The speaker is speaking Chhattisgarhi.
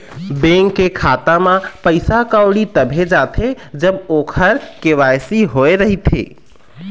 बेंक के खाता म पइसा कउड़ी तभे जाथे जब ओखर के.वाई.सी होए रहिथे